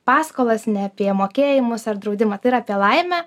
paskolas ne apie mokėjimus ar draudimą tai yra apie laimę